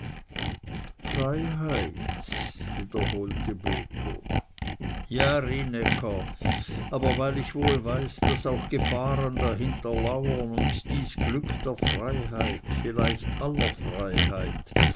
freiheit wiederholte botho ja rienäcker aber weil ich wohl weiß daß auch gefahren dahinter lauern und dies glück der freiheit vielleicht aller freiheit